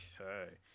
Okay